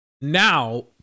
now